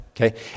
Okay